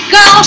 go